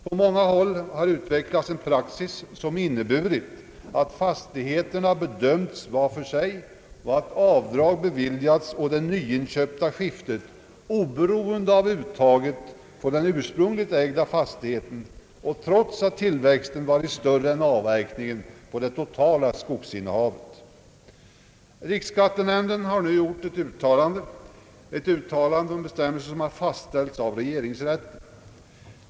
På många håll har utvecklats en praxis som inneburit att fastigheterna bedömts var för sig och att avdrag beviljats på det nyinköpta skiftet, oberoende av uttaget på den ursprungligt ägda fastigheten och trots att tillväxten varit större än avverkningen på det totala skogsinnehavet. Riksskattenämnden har nu gjort ett uttalande, som fastställts av regeringsrätten.